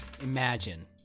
Imagine